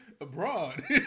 abroad